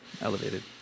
Elevated